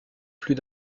plus